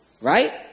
Right